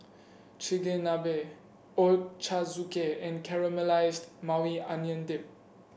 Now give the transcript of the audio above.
Chigenabe Ochazuke and Caramelized Maui Onion Dip